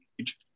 age